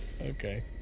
Okay